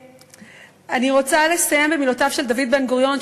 אני רוצה לסיים במילותיו של דוד בן-גוריון,